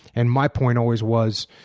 and my point always was